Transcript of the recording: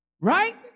Right